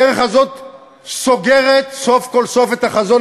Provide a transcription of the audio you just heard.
הדרך הזאת סוגרת סוף כל סוף את החזון